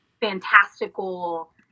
fantastical